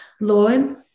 Lord